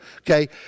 Okay